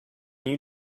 you